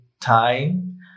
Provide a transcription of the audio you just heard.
time